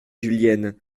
julienne